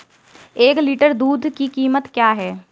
एक लीटर दूध की कीमत क्या है?